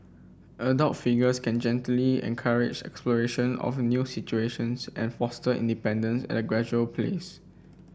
adult figures can gently encourage exploration of new situations and foster independence at a gradual please